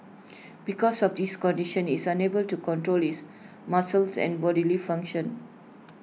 because of this condition is unable to control his muscles and bodily functions